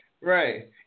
Right